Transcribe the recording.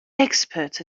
experts